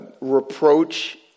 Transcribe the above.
Reproach